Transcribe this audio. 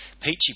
Peachy